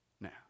Now